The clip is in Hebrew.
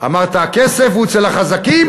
אמרת: הכסף הוא אצל החזקים,